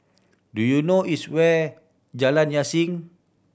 do you know is where Jalan Yasin